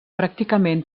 pràcticament